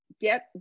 get